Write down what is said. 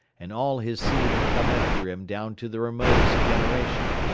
and all his seed to come after him down to the remotest generation,